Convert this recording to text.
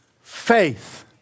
faith